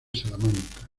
salamanca